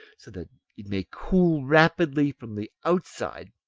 so that it may cool rapidly from the outside.